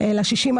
אלא 60%,